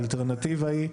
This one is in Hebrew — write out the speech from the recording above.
האלטרנטיבה היא,